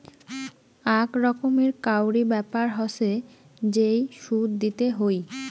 আক রকমের কাউরি ব্যাপার হসে যেই সুদ দিতে হই